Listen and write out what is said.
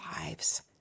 lives